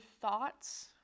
thoughts